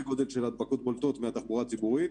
גודל של הדבקות בולטות מהתחבורה הציבורית,